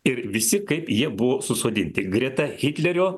ir visi kaip jie buvo susodinti greta hitlerio